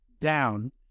down